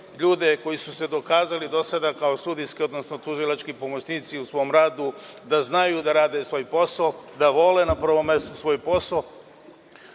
ljude koji su se dokazali do sada kao sudijski, odnosno tužilački pomoćnici u svom radu, da znaju da rade svoj posao, da vole na prvom mestu svoj posao. Ono